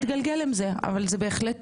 נתגלגל עם זה, זו בהחלט